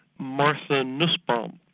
martha nussbaum,